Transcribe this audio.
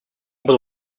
буду